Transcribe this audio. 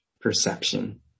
perception